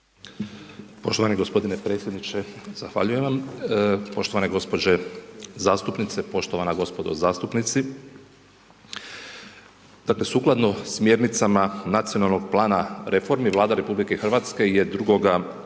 Poštovani gospodine predsjedniče, zahvaljujem vam. Poštovane gospođe zastupnice, poštovana gospodo zastupnici. Dakle, sukladno smjernicama Nacionalnog plana reformi, Vlada Republike Hrvatske je 02. kolovoza